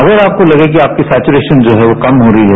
अगर आपको लगे कि आपकी सैचूरेशन जो है वो कम हो रही है